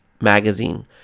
Magazine